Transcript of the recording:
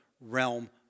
realm